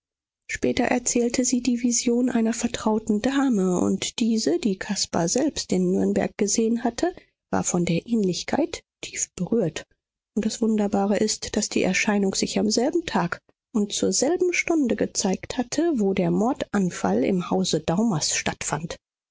später erzählte sie die vision einer vertrauten dame und diese die caspar selbst in nürnberg gesehen hatte war von der ähnlichkeit tief berührt und das wunderbare ist daß die erscheinung sich am selben tag und zur selben stunde gezeigt hatte wo der mordanfall im hause daumers stattfand